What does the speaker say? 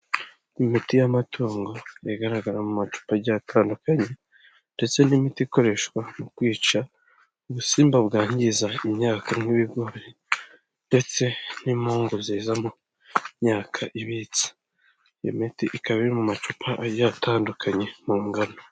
Imiti y'amatungo igaragara mu macupaki agiye atandukanye ndetse n'imiti ikoreshwa mu kwica ubusimba bwangiza imyaka nk'ibigori ndetse n'impungu ziza mu myaka ibitse, iyo miti ikaba iri mu macupa atandukanye mu ngano.